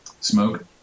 smoke